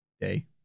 day